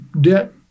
debt